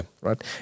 right